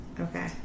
Okay